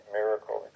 miracle